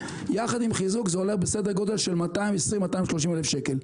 יחד עם מיגון זה עולה כ-220,000 שקל עד 230,000 שקל.